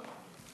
לא.